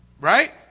Right